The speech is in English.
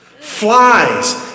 Flies